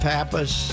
Pappas